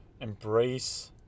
embrace